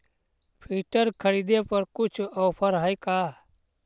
Filter खरिदे पर कुछ औफर है का?